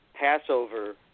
Passover